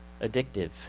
addictive